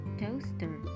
toaster